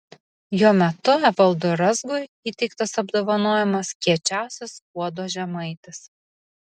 jo metu evaldui razgui įteiktas apdovanojimas kiečiausias skuodo žemaitis